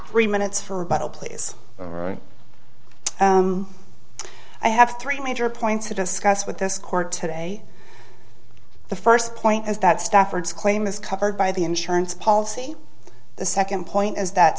three minutes for a bottle please i have three major points to discuss with this court today the first point is that staffords claim is covered by the insurance policy the second point is that